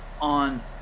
on